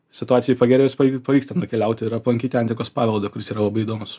situacijai pagerėjus pav pavyks ten nukeliauti ir aplankyti antikos paveldą kuris yra labai įdomus